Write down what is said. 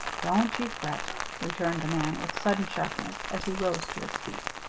don't ye fret, returned the man with sudden sharpness, as he rose to his feet.